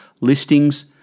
listings